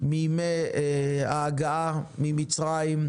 מימי ההגעה ממצריים,